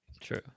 True